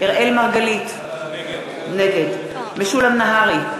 אראל מרגלית, נגד משולם נהרי,